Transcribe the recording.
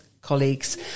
colleagues